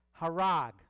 harag